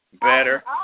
better